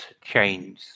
change